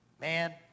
Man